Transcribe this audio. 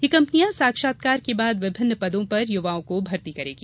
ये कंपनियां साक्षात्कार के बाद विभिन्न पदों पर युवाओं को भर्ती करेगी